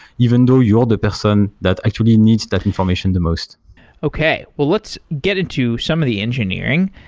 even though you're the person that actually needs that information the most okay. well let's get into some of the engineering.